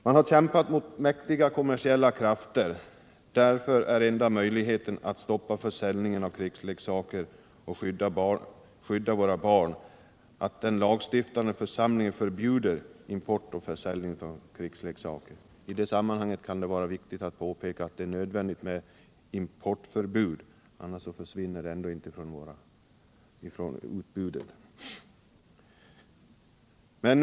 Man har dock kämpat mot mäktiga kommersiella krafter — därför är den enda möjligheten att stoppa försäljningen av krigsleksaker och skydda våra barn att den lagstiftande församlingen förbjuder import och försäljning av krigsleksaker. I det sammanhanget kan det vara viktigt att påpeka att det är nödvändigt med ett importförbud; annars försvinner ju ändå inte dessa leksaker från affärsdiskarna.